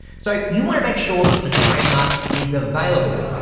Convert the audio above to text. so you wanna make sure that the trademark is available.